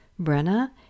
Brenna